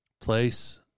place